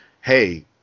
hey